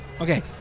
Okay